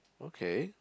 okay